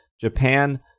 Japan